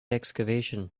excavation